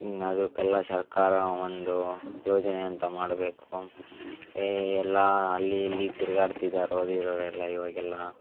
ಅದಕ್ಕೆಲ್ಲ ಸರ್ಕಾರ ಒಂದು ಯೋಜನೆ ಅಂತ ಮಾಡಬೇಕು ಏಯ್ ಎಲ್ಲ ಅಲ್ಲಿ ಇಲ್ಲಿ ತಿರ್ಗಾಡ್ತಿದಾರೆ ಓದಿರೋರು ಎಲ್ಲ ಇವಾಗೆಲ್ಲ